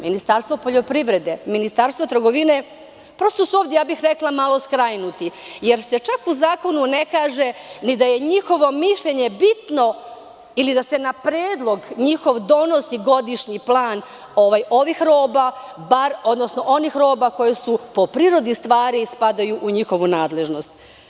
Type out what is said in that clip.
Ministarstvo poljoprivrede, Ministarstvo trgovine prosto su ovde malo, rekla bih skrajnuti jer se čak u zakonu ne kaže ni da je njihovo mišljenje bitno ili da se na predlog njihov donosi godišnji plan ovih roba, odnosno onih roba koji su po prirodi stvari spadaju u njihovu nadležnost.